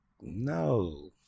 no